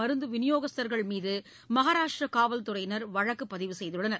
மருந்து விநியோகஸ்தளர்கள் மீது மகாராஷ்டிரா காவல்துறையினர் வழக்கு பதிவு செய்துள்ளனர்